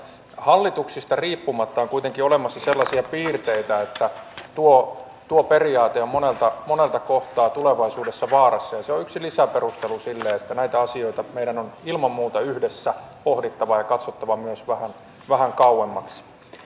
hallituksista riippumatta on kuitenkin olemassa sellaisia piirteitä että tuo periaate on monelta kohdalta tulevaisuudessa vaarassa ja se on yksi lisäperustelu sille että näitä asioita meidän on ilman muuta yhdessä pohdittava ja katsottava myös vähän kauemmaksi